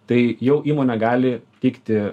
tai jau įmonė gali teikti